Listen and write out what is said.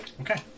Okay